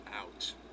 out